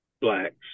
blacks